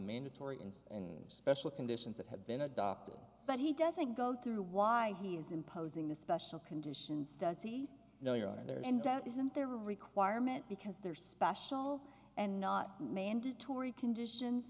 mandatory and special conditions that have been adopted but he doesn't go through why he is imposing the special conditions does he know you are there and isn't there requirement because there are special and not mandatory conditions